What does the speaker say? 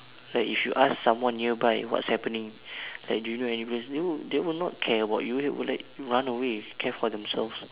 like if you ask someone nearby what's happening like do you know anybody they would they will not care about you they would like run away care for themselves